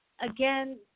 again